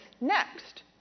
next